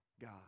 God